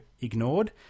ignored